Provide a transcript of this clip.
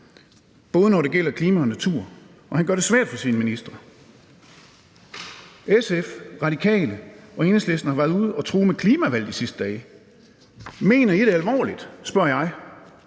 både når det gælder klima og natur. Og han gør det svært for sine ministre. Kl. 19:08 SF, Radikale og Enhedslisten har været ude og true med klimavalg de sidste dage. Mener I det alvorligt, spørger jeg?